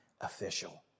official